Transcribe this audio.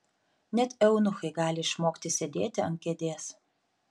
net eunuchai gali išmokti sėdėti ant kėdės